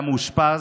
הוא היה מאושפז.